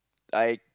I